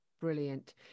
Brilliant